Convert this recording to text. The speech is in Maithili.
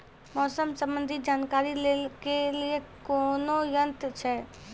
मौसम संबंधी जानकारी ले के लिए कोनोर यन्त्र छ?